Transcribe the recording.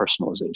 personalization